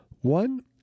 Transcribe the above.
One